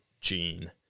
gene